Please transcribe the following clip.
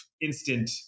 instant